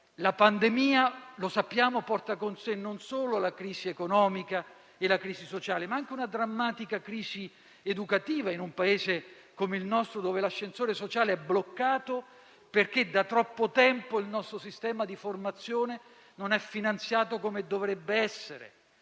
sappiamo - porta con sé non solo la crisi economica e la crisi sociale, ma anche una drammatica crisi educativa in un Paese come il nostro dove l'ascensore sociale è bloccato perché da troppo tempo il nostro sistema di formazione non è finanziato come dovrebbe essere.